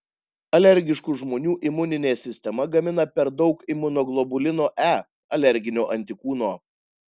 alergiškų žmonių imuninė sistema gamina per daug imunoglobulino e alerginio antikūno